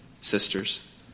sisters